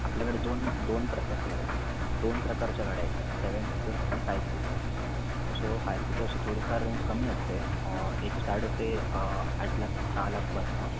आपल्याकडे दोन दोन प्रकारच्या गाड्यात दोन प्रकारच्या गाड्या आहेत सेवन सीटर्स आणि फाईव्ह सीटर्स सो फाय सीटर्सची थोडीफार रेंज कमी असते एक स्टार्ट होते आठ लाख सहा लाखपासनं